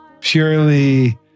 purely